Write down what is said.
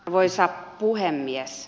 arvoisa puhemies